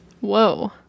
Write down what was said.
Whoa